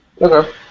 Okay